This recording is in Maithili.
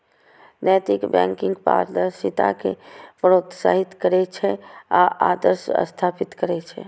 नैतिक बैंकिंग पारदर्शिता कें प्रोत्साहित करै छै आ आदर्श स्थापित करै छै